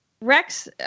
Rex